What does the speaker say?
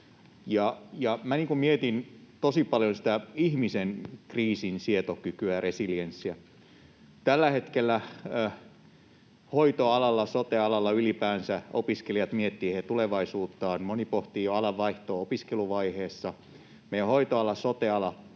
mietin tosi paljon ihmisen kriisinsietokykyä, resilienssiä. Tällä hetkellä hoitoalalla, sote-alalla ylipäänsä, opiskelijat miettivät tulevaisuuttaan. Moni pohtii alan vaihtoa jo opiskeluvaiheessa. Meidän hoitoala ja sote-ala